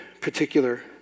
particular